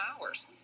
hours